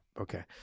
Okay